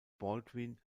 baldwin